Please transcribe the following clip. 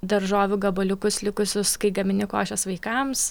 daržovių gabaliukus likusius kai gamini košes vaikams